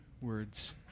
words